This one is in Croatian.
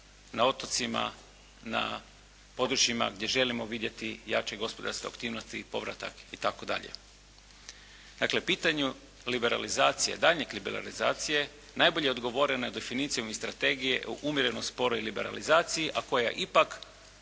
na otocima, na područjima gdje želimo vidjeti jače gospodarske aktivnosti, povratak itd.. Dakle, pitanje liberalizacije, daljnje liberalizacije najbolje odgovorena definicijom iz strategije umjereno sporoj liberalizaciji a koja ipak